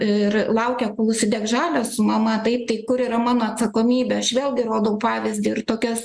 ir laukia kol užsidegs žalias su mama taip tai kur yra mano atsakomybė aš vėlgi rodau pavyzdį ir tokias